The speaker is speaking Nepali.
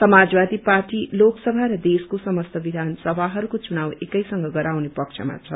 समाजवादी पार्टी लोकसभा र देशको समस्त विधान सभाहरूको चुनाव एकैसँग गराउने पक्षमा छ